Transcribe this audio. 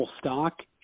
stock